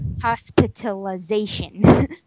hospitalization